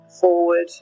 forward